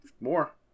More